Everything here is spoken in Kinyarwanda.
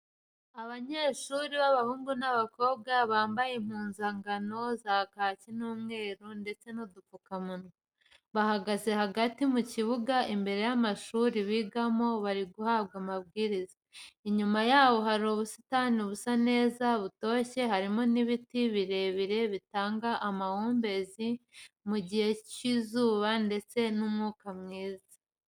Abanyeshuri b'abahungu n'abakobwa bambaye impuzankano za kaki n'umweru ndetse n'udupfukamunwa, bahagaze hagati mu kibuga imbere y'amashuri bigamo bari guhabwa amabwiriza, inyuma yabo hari ubusitani busa neza butoshye harimo n'ibiti birebire bitanga amahumbezi mu gihe cy'izuba ndetse n'umwuka mwiza.